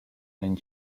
and